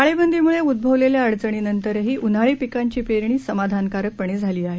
टाळेबंदी मुळे उद्भवलेल्या अडचणींनंतरही उन्हाळी पिकांची पेरणी समाधानकारकपणे झाली आहे